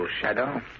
Shadow